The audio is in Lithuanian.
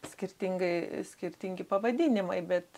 skirtingai skirtingi pavadinimai bet